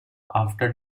after